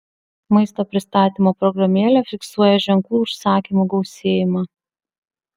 maisto pristatymo programėlė fiksuoja ženklų užsakymų gausėjimą